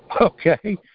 okay